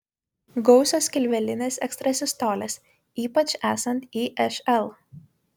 gausios skilvelinės ekstrasistolės ypač esant išl